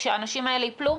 כשהאנשים האלה ייפלו,